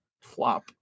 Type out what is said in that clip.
flop